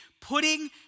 putting